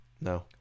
no